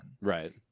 Right